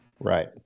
Right